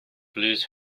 blues